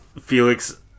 Felix